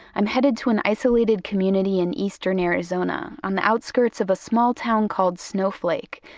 i'm headed to an isolated community in eastern arizona on the outskirts of a small town called snowflake.